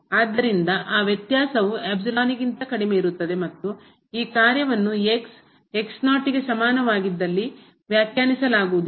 ಆದ್ದರಿಂದ ಆ ವ್ಯತ್ಯಾಸವು ಕಡಿಮೆ ಇರುತ್ತದೆ ಮತ್ತು ಈ ಕಾರ್ಯವನ್ನು ಗೆ ಸಮಾನವಾಗಿದ್ದಲ್ಲಿ ವ್ಯಾಖ್ಯಾನಿಸಲಾಗುವುದಿಲ್ಲ